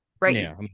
right